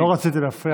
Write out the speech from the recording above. לא רציתי להפריע.